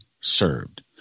served